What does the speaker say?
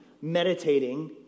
meditating